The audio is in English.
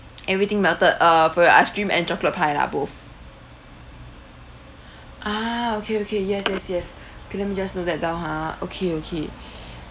everything melted uh for your ice cream and chocolate pie lah both ah okay okay yes yes yes let me just note that down ha okay okay